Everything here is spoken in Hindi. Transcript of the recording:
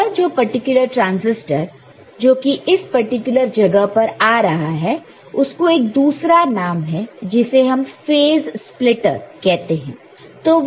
तो यह पर्टिकुलर ट्रांसिस्टर जो कि इस पर्टिकुलर जगह पर आ रहा है उसको एक दूसरा नाम है जिसे हम फेज़ स्प्लिटर कहते हैं